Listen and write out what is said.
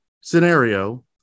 scenario